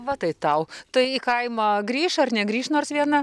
va tai tau tai į kaimą grįš ar negrįš nors viena